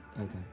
Okay